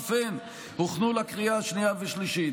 אף היא הוכנה לקריאה שנייה ושלישית,